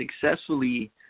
successfully